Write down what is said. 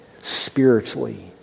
spiritually